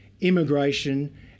immigration